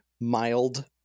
mild